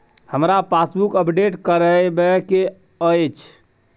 हमरा passbook update करैबे के अएछ?